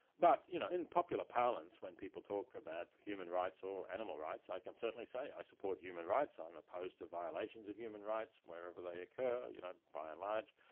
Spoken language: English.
but you know in popular parlance, when people talk about human rights or animal rights i can certainly say i support human rights, i'm opposed to violations of human rights wherever they occur, you know by and large,